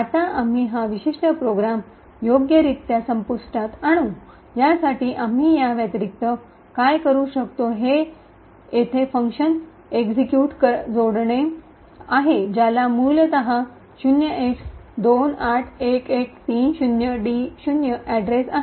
आता आम्ही हा विशिष्ट प्रोग्राम योग्यरित्या संपुष्टात आणू यासाठी आम्ही या व्यतिरिक्त काय करू शकतो हे येथे फंक्शन एक्झिट जोडणे आहे ज्याचा मूलत 0x281130d0 अड्रेस आहे